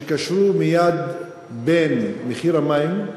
שקשרו מייד בין מחיר המים,